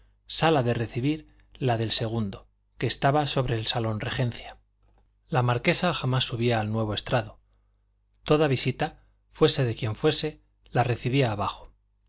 sala de recibir la del segundo que estaba sobre el salón regencia la marquesa jamás subía al nuevo estrado toda visita fuese de quien fuese la recibía abajo